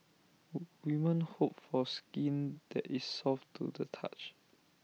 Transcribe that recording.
wu women hope for skin that is soft to the touch